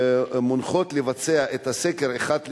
מונחות לבצע את הסקר אחת לשנה.